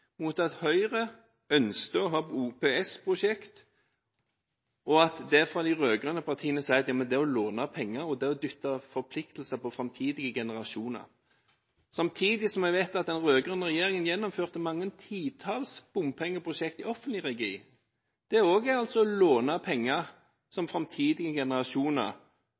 mot at Høyre ønsker å ha OPS-prosjekt, og at de rød-grønne partiene sier at det å låne penger er å dytte forpliktelser på framtidige generasjoner, samtidig som man vet at den rød-grønne regjeringen gjennomførte mange titalls bompengeprosjekter i offentlig regi. Det er også å låne penger som framtidige generasjoner